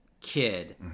kid